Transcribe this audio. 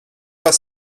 pas